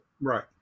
Right